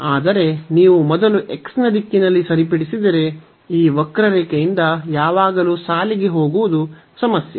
ಆದರೆ ನೀವು ಮೊದಲು x ನ ದಿಕ್ಕಿನಲ್ಲಿ ಸರಿಪಡಿಸಿದರೆ ಈ ವಕ್ರರೇಖೆಯಿಂದ ಯಾವಾಗಲೂ ಸಾಲಿಗೆ ಹೋಗುವುದು ಸಮಸ್ಯೆ